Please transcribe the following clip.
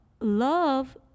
love